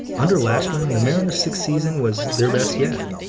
under lachemann, the mariners' sixth season was their best yet.